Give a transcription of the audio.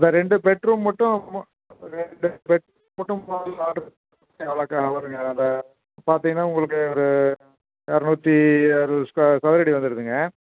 அந்த ரெண்டு பெட்ரூம் மட்டும் அதை பார்த்திங்கனா உங்களுக்கு ஒரு இரநூத்தி அறுபது சதுரடி வந்துருதுங்க